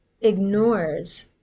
ignores